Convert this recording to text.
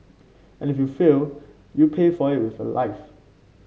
and if you fail you pay for it with your life